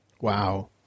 Wow